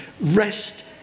rest